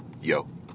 Yo